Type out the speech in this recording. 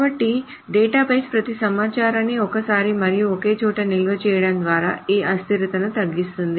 కాబట్టి డేటాబేస్ ప్రతి సమాచారాన్ని ఒక్కసారి మరియు ఒకే చోట నిల్వ చేయడం ద్వారా ఈ అస్థిరతను తగ్గిస్తుంది